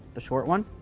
the short one.